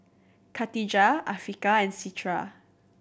Katijah Afiqah and Citra